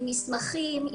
עם מסמכים,